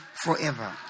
forever